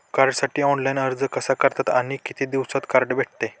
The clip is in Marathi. कार्डसाठी ऑनलाइन अर्ज कसा करतात आणि किती दिवसांत कार्ड भेटते?